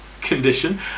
condition